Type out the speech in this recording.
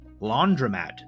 Laundromat